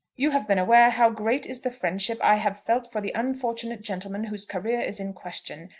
you have been aware how great is the friendship i have felt for the unfortunate gentleman whose career is in question,